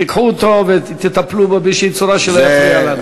תיקחו אותו ותטפלו בו באיזו צורה, שלא יפריע לנו.